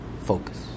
focus